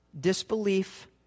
Disbelief